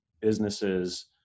businesses